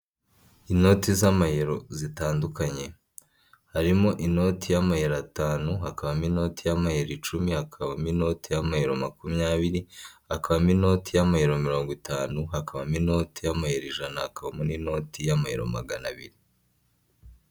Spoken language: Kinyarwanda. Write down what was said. Inoti z'amayero zitandukanye : harimo inoti y'amayero atanu, hakabamo inoti y'amayeri icumi, hakabamo inoti y'amayero makumyabiri, hakabamo inoti y'amayero mirongo itanu, hakabamo inoti y'amayero ijana, hakabamo n'inoti y'amayero magana abiri.